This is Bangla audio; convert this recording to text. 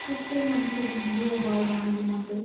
প্রত্যেক মানুষেরই বিয়ে হয় বাঙালি মতে